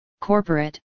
corporate